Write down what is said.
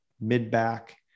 mid-back